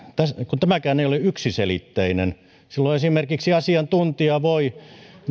tämäkään ei ole yksiselitteinen silloin esimerkiksi asiantuntija voi